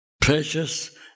Precious